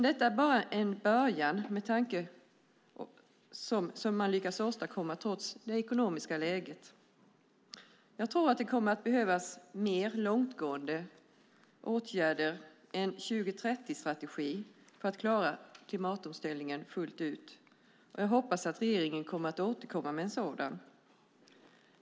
Detta är bara en början som man lyckas åstadkomma trots det ekonomiska läget, men jag tror att det kommer att behövas en mer långtgående 2030-strategi för att klara klimatomställningen fullt ut. Jag hoppas att regeringen återkommer med en sådan.